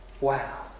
wow